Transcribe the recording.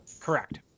Correct